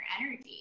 energy